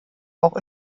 auch